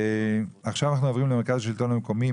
עכשיו אנחנו עוברים למרכז השלטון המקומי.